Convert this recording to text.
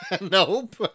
Nope